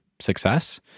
success